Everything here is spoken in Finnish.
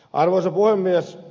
arvoisa puhemies